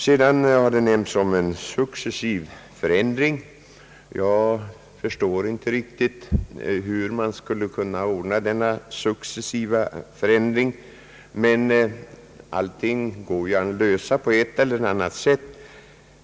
Sedan har det talats om en »successiv förändring». Jag förstår inte riktigt hur man skulle kunna ordna denna successiva förändring, men allting går ju att lösa på ett eller annat sätt.